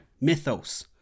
mythos